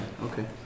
Okay